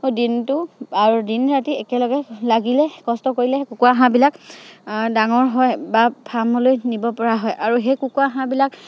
দিনটো আৰু দিন ৰাতি একেলগে লাগিলে কষ্ট কৰিলে কুকুৰা হাঁহবিলাক ডাঙৰ হয় বা ফাৰ্মলৈ নিব পৰা হয় আৰু সেই কুকুৰা হাঁহবিলাক